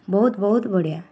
ବହୁତ ବହୁତ ବଢ଼ିଆ